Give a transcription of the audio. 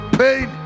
pain